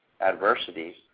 adversity